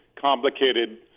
complicated